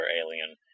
alien